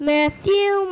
Matthew